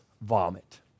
vomit